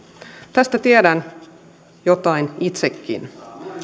tästä tiedän jotain itsekin